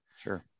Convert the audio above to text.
sure